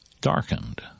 darkened